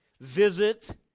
visit